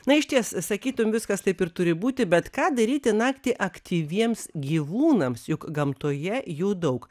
na išties sakytum viskas taip ir turi būti bet ką daryti naktį aktyviems gyvūnams juk gamtoje jų daug